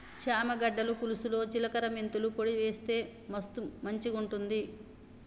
చామ గడ్డల పులుసులో జిలకర మెంతుల పొడి వేస్తె మస్తు మంచిగుంటది